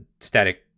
static